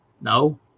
No